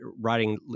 writing